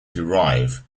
derive